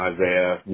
Isaiah